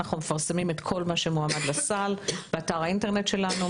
אנחנו מפרסמים את כל מה שמועמד לסל באתר האינטרנט שלנו,